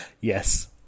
Yes